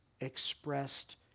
expressed